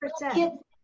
percent